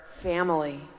family